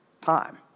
time